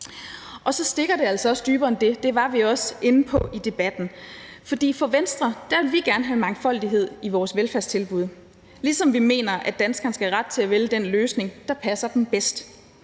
Og så stikker det altså også dybere end det – det var vi også inde på i debatten – for i Venstre vil vi gerne have mangfoldighed i vores velfærdstilbud, ligesom vi mener, at danskerne skal have ret til at vælge den løsning, der passer dem bedst.